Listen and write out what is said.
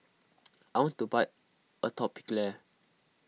I want to buy Atopiclair